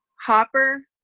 Hopper